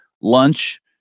lunch